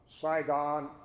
Saigon